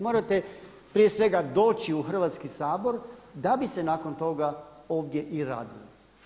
Morate prije svega doći u Hrvatski sabor da biste nakon toga ovdje i radili.